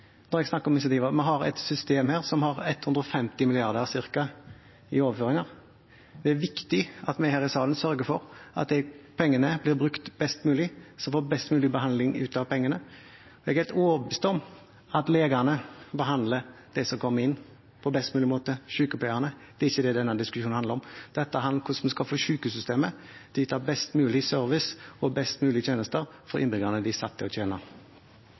når jeg snakker om incentiver. Vi har et system som har ca. 150 mrd. kr i overføringer. Det er viktig at vi her i denne salen sørger for at de pengene blir brukt på best mulig måte, slik at vi får best mulig behandling ut av pengene. Jeg er helt overbevist om at legene og sykepleierne behandler dem som kommer inn, på best mulig måte. Det er ikke det denne diskusjonen handler om. Dette handler om hvordan vi skal få sykehussystemet til å yte best mulig service og best mulige tjenester til innbyggerne de